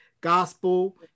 gospel